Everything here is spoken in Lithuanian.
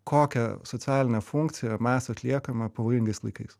kokią socialinę funkciją mes atliekame pavojingais laikais